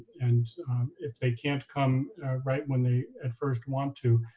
and if they can't come right when they first want to,